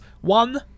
one